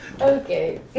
Okay